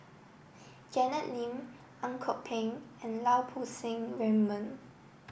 Janet Lim Ang Kok Peng and Lau Poo Seng Raymond